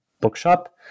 bookshop